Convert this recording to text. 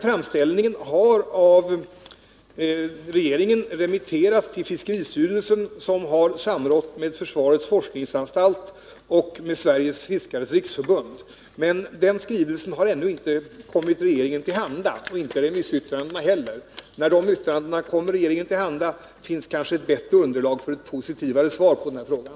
Framställningen har av regeringen remitterats till fiskeristyrelsen, som har samrått med försvarets forskningsanstalt och Sveriges fiskares riksförbund. Remissyttrandena har ännu inte kommit regeringen till handa. När de gör det finns det kanske ett bättre underlag för ett positivare svar på frågan.